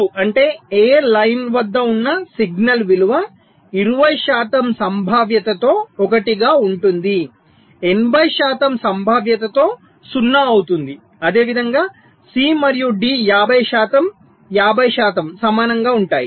2 అంటే A line వద్ద ఉన్న సిగ్నల్ విలువ 20 శాతం సంభావ్యతతో 1 గా ఉంటుంది 80 శాతం సంభావ్యతతో 0 అవుతుంది అదేవిధంగా సి మరియు డి 50 శాతం 50 శాతం సమానంగా ఉంటాయి